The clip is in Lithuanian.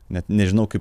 net nežinau kaip